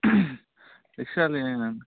extra ఏదన్న